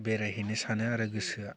बेरायहैनो सानो आरो गोसोआ